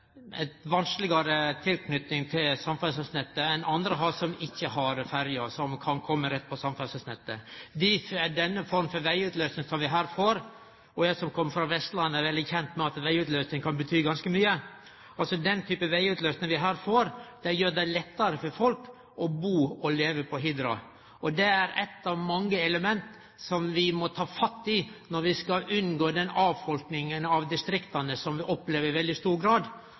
som ikkje har ferje, og som kan kome rett på samferdselsnettet. Denne forma for vegutløysing som vi her får – og eg som kjem frå Vestlandet, er veldig kjent med at vegutløysing kan bety ganske mykje – gjer det lettare for folk å bu og leve på Hidra. Det er eit av mange element som vi må ta fatt i for å unngå den avfolkinga av distrikta som vi opplever i veldig stor grad.